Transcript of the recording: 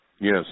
Yes